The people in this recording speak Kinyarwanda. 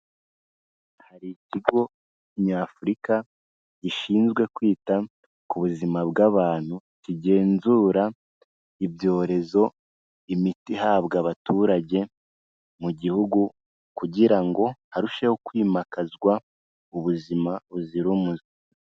Hari ikigo nyafurika gishinzwe kwita ku buzima bw'abantu, kigenzura ibyorezo, imiti ihabwa abaturage mu gihugu kugira ngo harusheho kwimakazwa ubuzima buzira umuze.